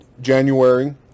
January